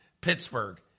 Pittsburgh